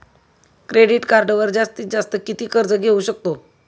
Credit कार्डवर जास्तीत जास्त किती कर्ज घेऊ शकतो?